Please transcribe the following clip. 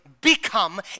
become